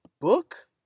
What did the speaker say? book